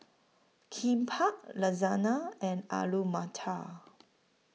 Kimbap Lasagna and Alu Matar